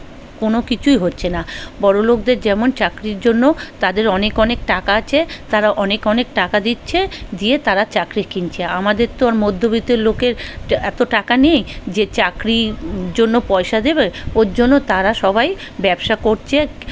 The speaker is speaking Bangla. কোনো কিছুই হচ্ছে না বড়োলোকদের যেমন চাকরির জন্য তাদের অনেক অনেক টাকা আছে তারা অনেক অনেক টাকা দিচ্ছে দিয়ে তারা চাকরি কিনছে আমাদের তো আর মধ্যবিত্ত লোকের টা এতো টাকা নেই যে চাকরির জন্য পয়সা দেবে ওর জন্য তারা সবাই ব্যবসা করছে